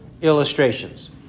illustrations